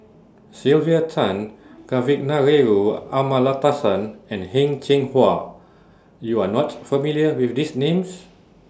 Sylvia Tan Kavignareru Amallathasan and Heng Cheng Hwa YOU Are not familiar with These Names